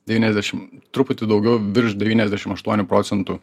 devyniasdešim truputį daugiau virš devyniasdešim aštuonių procentų